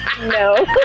No